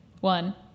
one